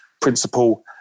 principle